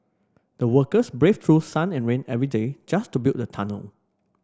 the workers braved through sun and rain every day just to build the tunnel